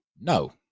No